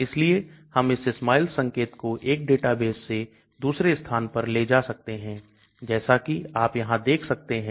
इसलिए हम इस SMILES संकेत को एक डेटाबेस से दूसरे स्थान पर ले जा सकते हैं जैसा कि आप यहां देख सकते हैं